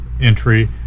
entry